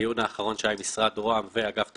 בדיון האחרון שהיה עם משרד ראש הממשלה ואגף התקציבים,